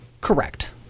Correct